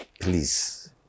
please